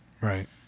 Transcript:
Right